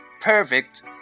perfect